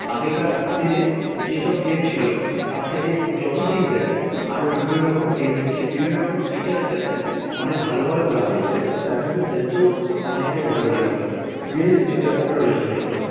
আগেকার দিনে যেসব গেম ছিল তার থেকে যত দিন গেছে আরও বিভিন্ন রকম গেম এসছে বিভিন্ন রকম ফিচার্স এসছে অনেক ভালো ভালো গ্রাফিক্স এসছে যার জন্য খেলতেও অনেকের ভালো লাগে রিয়েলিস্টিক ব্যাপারটা রয়েছে মেন কথা